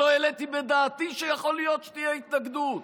שלא העליתי בדעתי שיכול להיות שתהיה התנגדות.